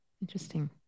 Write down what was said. interesting